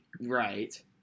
Right